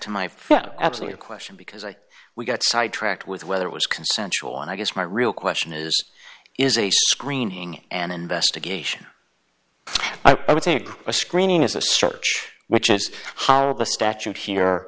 to my absolute question because like we got sidetracked with whether it was consensual i guess my real question is is a screening an investigation i would take a screening as a search which is how the statute here